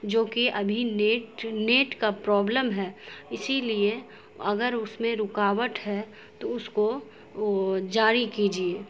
جو کہ ابھی نیٹ نیٹ کا پرابلم ہے اسی لیے اگر اس میں رکاوٹ ہے تو اس کو جاری کیجیے